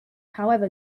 however